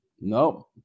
No